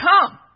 come